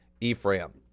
Ephraim